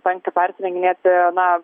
tenka persirenginėti na